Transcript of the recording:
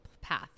path